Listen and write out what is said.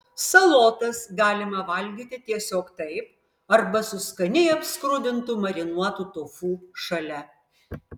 salotas galima valgyti tiesiog taip arba su skaniai apskrudintu marinuotu tofu šalia